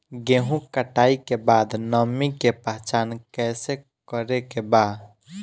गेहूं कटाई के बाद नमी के पहचान कैसे करेके बा?